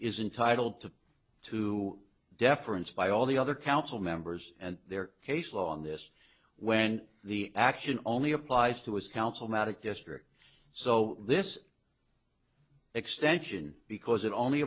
is entitle to two deference by all the other council members and their case law on this when the action only applies to his council matic district so this extension because it only